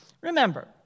Remember